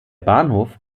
bahnhof